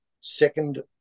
second